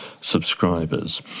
subscribers